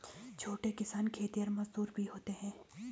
छोटे किसान खेतिहर मजदूर भी होते हैं